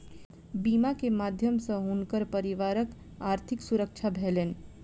बीमा के माध्यम सॅ हुनकर परिवारक आर्थिक सुरक्षा भेलैन